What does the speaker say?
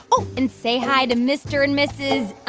oh, and say hi to mr. and mrs.